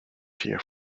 here